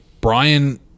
brian